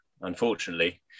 unfortunately